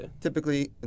Typically